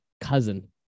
cousin